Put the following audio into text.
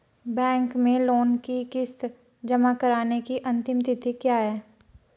Bank में loan की किश्त जमा कराने की अंतिम तिथि क्या है?